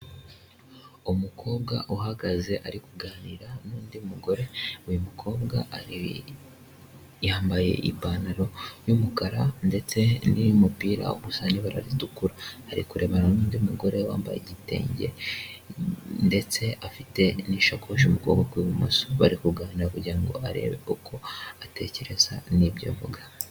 Umukobwa uhagaze ari kuganira n'undi mugore, uyu mukobwa yambaye ipantaro y'umukara ndetse n'umupira usa n'ibara ritukura, ari kurebana n'undi mugore wambaye igitenge, ndetse afite n'ishakoshi mu kuboko kw'ibumoso, bari kuganira kugira ngo arebe uko atekereza n'ibyo avuga.